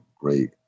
great